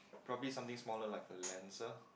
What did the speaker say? probably something smaller like a Lancer